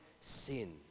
sin